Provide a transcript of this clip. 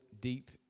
deep